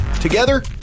Together